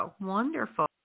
Wonderful